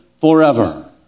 forever